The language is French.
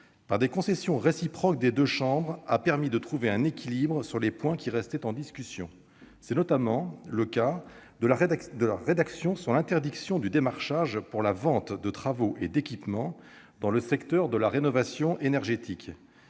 par des concessions réciproques des deux chambres, a su trouver un équilibre sur les points qui restaient en discussion. C'est notamment le cas sur l'interdiction du démarchage pour la vente de travaux et d'équipements dans le secteur de la rénovation énergétique.